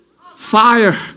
Fire